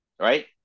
right